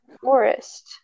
forest